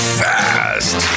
fast